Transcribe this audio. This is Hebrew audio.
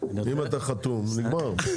אם אתה חתום, נגמר.